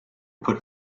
put